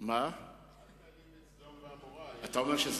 אתה אומר,